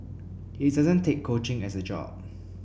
he doesn't take coaching as a job